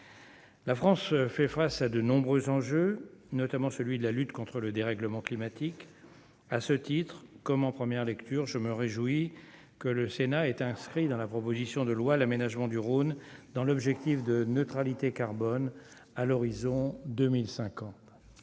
La France fait face à de nombreux enjeux, notamment celui de la lutte contre le dérèglement climatique, à ce titre, comme en première lecture, je me réjouis que le Sénat est inscrit dans la proposition de loi, l'aménagement du Rhône dans l'objectif de neutralité carbone à l'horizon 2005